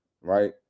right